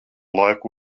laiku